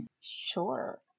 Sure